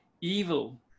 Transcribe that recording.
evil